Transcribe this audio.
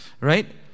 Right